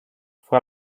fue